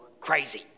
crazy